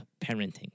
parenting